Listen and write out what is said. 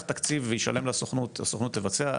תקציב ואשלם לסוכנות והסוכנות תבצע,